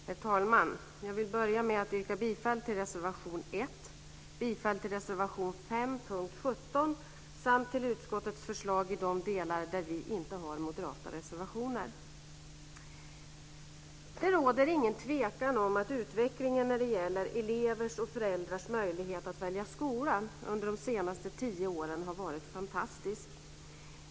Herr talman! Jag vill börja med att yrka bifall till reservation 1, till reservation 5 under punkt 17 samt till utskottets förslag i de delar där vi inte har moderata reservationer. Det råder ingen tvekan om att utvecklingen när det gäller elevers och föräldrars möjlighet att välja skola under de senaste tio åren har varit fantastisk.